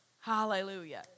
Hallelujah